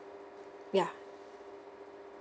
ya